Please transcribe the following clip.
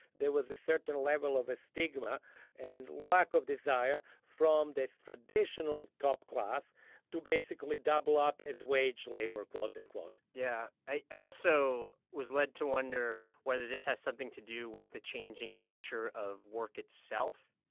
there was a certain level of a stigma and lack of desire from this traditional top class to basically double up as wage labor, quote, unquote yeah. i also was led to wonder whether this has something to do with the changing nature of work itself.